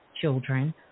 children